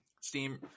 Steam